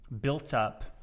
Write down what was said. built-up